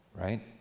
right